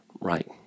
Right